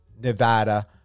Nevada